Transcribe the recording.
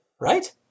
Right